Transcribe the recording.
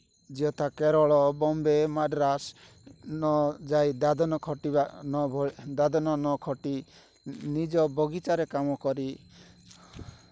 ଯଥା କେରଳ ବମ୍ବେ ମାଡ୍ରାସ୍ ନ ଯାଇ ଦାଦନ ଖଟିବା ଦାଦନ ନ ଖଟି ନିଜ ବଗିଚାରେ କାମ କରି